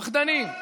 פחדנים.